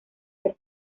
del